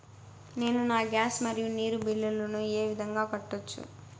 నేను నా గ్యాస్, మరియు నీరు బిల్లులను ఏ విధంగా కట్టొచ్చు?